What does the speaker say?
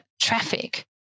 traffic